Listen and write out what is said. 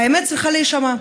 והאמת צריכה להישמע.